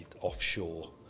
offshore